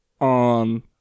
on